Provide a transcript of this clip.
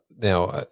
now